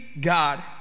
God